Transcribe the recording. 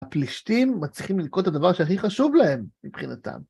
הפלישתים מצליחים ללכוד את הדבר שהכי חשוב להם מבחינתם.